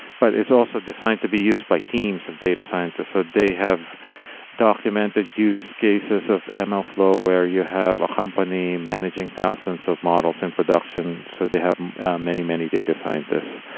but it's also designed to be used by teams of data scientists ah they have documented use cases of ah mlflow where you have a company managing thousands of models in production. so they have many, many data scientists.